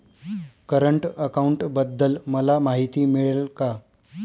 Current अकाउंटबद्दल मला माहिती मिळेल का?